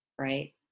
right